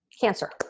cancer